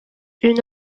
une